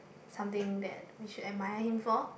something that we should admire him for